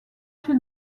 chez